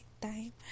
time